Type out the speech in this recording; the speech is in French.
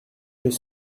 deux